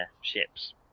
ships